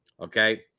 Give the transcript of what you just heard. Okay